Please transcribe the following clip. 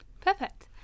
Perfect